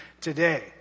today